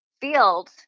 field